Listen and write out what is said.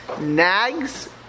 nags